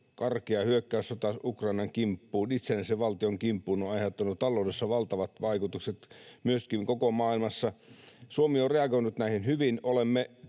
karkea hyökkäyssota Ukrainan, itsenäisen valtion, kimppuun, on aiheuttanut taloudessa valtavat vaikutukset koko maailmassa. Suomi on reagoinut näihin hyvin;